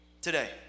today